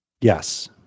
Yes